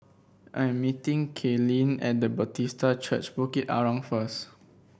I am meeting Kaylyn at Bethesda Church Bukit Arang first